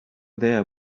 there